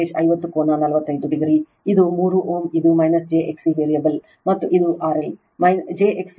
ಇದು 3 Ω ಇದು j XC variable ಮತ್ತು ಇದು RL